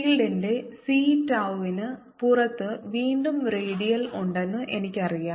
ഫീൽഡിന്റെ c tau വിന് പുറത്ത് വീണ്ടും റേഡിയൽ ഉണ്ടെന്ന് എനിക്കറിയാം